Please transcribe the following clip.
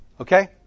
Okay